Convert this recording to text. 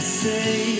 say